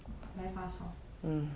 very fast hor